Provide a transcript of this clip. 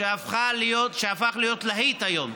מה שהפך להיות להיט היום,